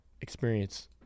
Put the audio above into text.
experience